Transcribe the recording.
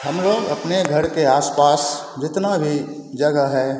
हमलोग अपने घर के आस पास जितना भी जगह है